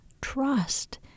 trust